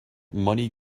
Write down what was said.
money